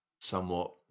somewhat